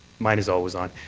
mine is always on.